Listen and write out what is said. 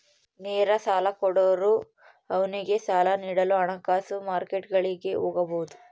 ನೇರ ಸಾಲ ಕೊಡೋರು ಅವ್ನಿಗೆ ಸಾಲ ನೀಡಲು ಹಣಕಾಸು ಮಾರ್ಕೆಟ್ಗುಳಿಗೆ ಹೋಗಬೊದು